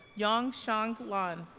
yung-hsiang lan